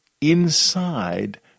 inside